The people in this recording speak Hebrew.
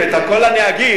אם את הכול אני אגיד,